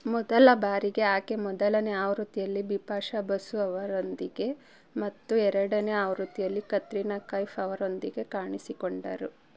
ಮೊದಲ ಬಾರಿಗೆ ಆಕೆ ಮೊದಲನೆ ಆವೃತ್ತಿಯಲ್ಲಿ ಬಿಪಾಶಾ ಬಸು ಅವರೊಂದಿಗೆ ಮತ್ತು ಎರಡನೆ ಆವೃತ್ತಿಯಲ್ಲಿ ಕತ್ರಿನಾ ಕೈಫ್ ಅವರೊಂದಿಗೆ ಕಾಣಿಸಿಕೊಂಡರು